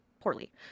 Poorly